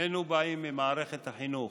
שנינו באים ממערכת החינוך.